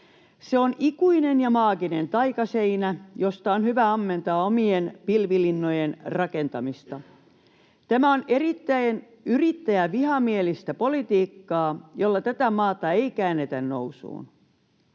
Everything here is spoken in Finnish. Se on ikuinen ja maaginen taikaseinä, josta on hyvä ammentaa omien pilvilinnojen rakentamista. Tämä on erittäin yrittäjävihamielistä politiikkaa, jolla tätä maata ei käännetä nousuun.